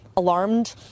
alarmed